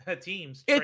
teams